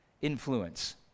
influence